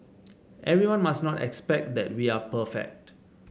everyone must not expect that we are perfect